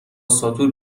ساتور